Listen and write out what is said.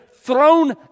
thrown